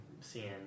seeing